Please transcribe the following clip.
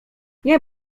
nie